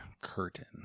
Curtain